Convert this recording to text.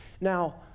Now